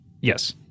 yes